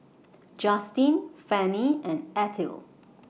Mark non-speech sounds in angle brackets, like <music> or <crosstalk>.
<noise> Justine Fannie and Ethyl